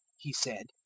he said,